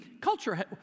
Culture